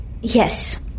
Yes